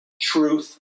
Truth